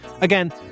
Again